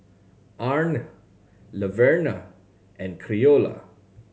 Arne Laverna and Creola